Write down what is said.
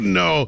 no